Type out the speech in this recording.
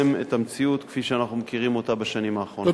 את המציאות כפי שאנחנו מכירים אותה בשנים האחרונות.